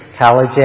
college